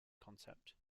concept